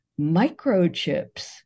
microchips